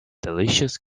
delicious